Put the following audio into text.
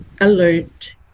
alert